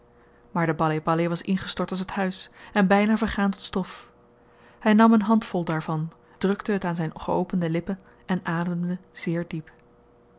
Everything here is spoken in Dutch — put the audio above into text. maar de baleh-baleh was ingestort als het huis en byna vergaan tot stof hy nam een handvol daarvan drukte het aan zyn geopende lippen en ademde zeer diep